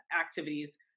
activities